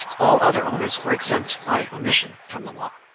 all other owners were exempt by omission from the law.